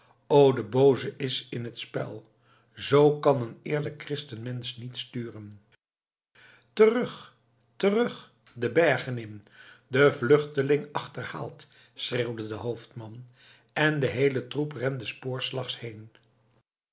de booze is in het spel z kan een eerlijk christenmensch niet sturen terug terug de bergen in den vluchteling achterhaald schreeuwde de hoofdman en de heele troep rende spoorslags heen